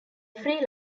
free